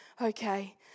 okay